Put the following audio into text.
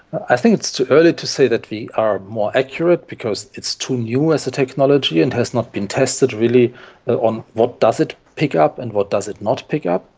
i think it's too early to say that we are more accurate because it's too new as a technology and has not been tested really on what does it pick up and what does it not pick up.